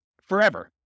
forever